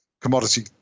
commodity